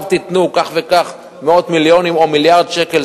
תיתנו כך וכך מאות מיליונים או מיליארד שקל,